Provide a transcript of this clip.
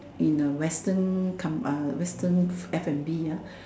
in a Western com~ uh Western F&B ah